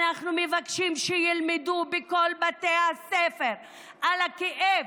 אנחנו מבקשים שילמדו בכל בתי הספר על הכאב,